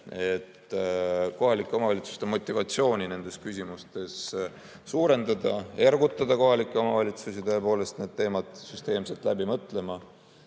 kohalike omavalitsuste motivatsiooni neid küsimusi lahendada, ergutada kohalikke omavalitsusi tõepoolest neid teemasid süsteemselt läbi mõtlema